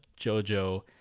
JoJo